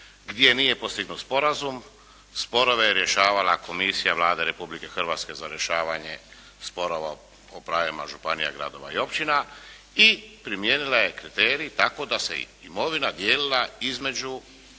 gdje nije postignut sporazum. Sporove je rješavala komisija Vlade Republike Hrvatske za rješavanje sporova o pravima županija, gradova i općina i primijenila je kriterij tako da se imovina dijelila između